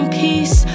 peace